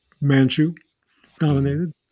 Manchu-dominated